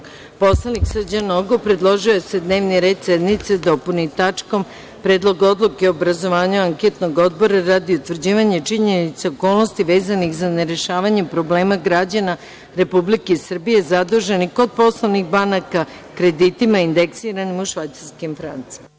Narodni poslanik Srđan Nogo predložio je da se dnevni red sednice dopuni tačkom – Predlog odluke o obrazovanju anketnog odbora radi utvrđivanja činjenica i okolnosti vezanih za nerešavanje problema građana Republike Srbije zaduženih kod poslovnih banaka kreditima indeksiranim u švajcarskim francima.